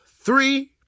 three